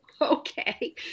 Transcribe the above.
Okay